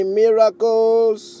miracles